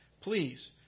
please